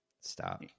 stop